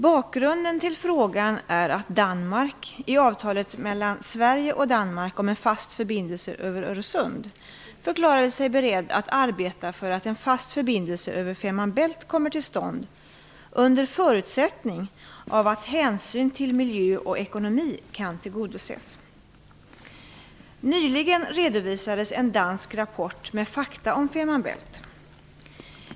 Bakgrunden till frågan är att Danmark, i avtalet mellan Sverige och Danmark om en fast förbindelse över Öresund, förklarar sig beredd att arbeta för att en fast förbindelse över Fehmarn Bält kommer till stånd under förutsättning av att hänsyn till miljö och ekonomi kan tillgodoses. Nyligen redovisades en dansk rapport med fakta om Fehmarn Bält.